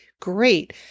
great